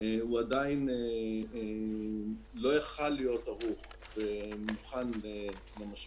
הוא עדיין לא יכול היה להיות ערוך ומוכן למשבר.